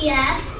Yes